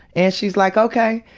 and she's like, okay.